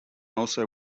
also